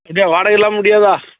இது வாடகை எல்லாம் முடியாதா